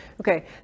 Okay